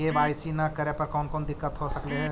KYC न करे पर कौन कौन दिक्कत हो सकले हे?